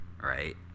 right